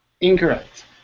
Incorrect